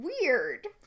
weird